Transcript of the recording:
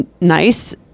nice